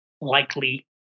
likely